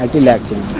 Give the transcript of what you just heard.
like election